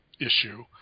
issue